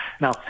Now